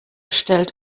stellt